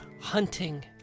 hunting